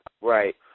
Right